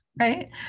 right